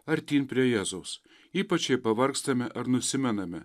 artyn prie jėzaus ypač jai pavargstame ar nusimename